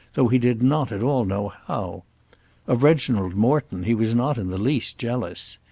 though he did not at all know how of reginald morton he was not in the least jealous.